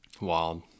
Wild